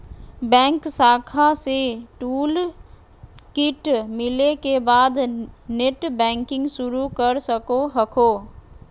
bank शाखा से toolkit मिले के बाद नेटबैंकिंग शुरू कर सको हखो